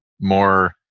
more